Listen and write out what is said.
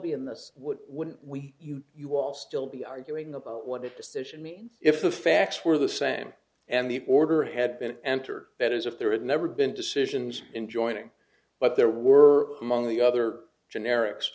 be in this would wouldn't we you all still be arguing about what it decision means if the facts were the same and the order had been enter that as if there had never been decisions in joining but there were among the other generics